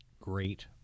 Great